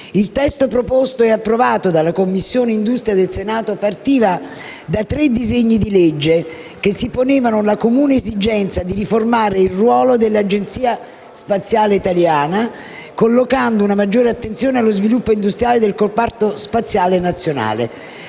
è il frutto di un lavoro istruttorio importante. Si partiva da tre disegni di legge che si ponevano la comune esigenza di riformare il ruolo dell'Agenzia spaziale italiana, collocando una maggiore attenzione allo sviluppo industriale del comparto spaziale nazionale.